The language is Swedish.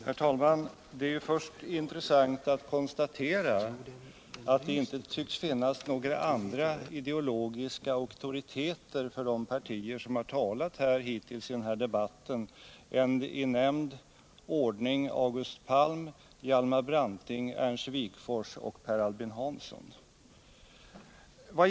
Herr talman! Först är det intressant att konstatera att det inte tycks finnas några andra ideologiska auktoriteter för de politiska partierna än August Palm, Hjalmar Branting, Ernst Wigforss och Per Albin Hansson.